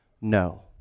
no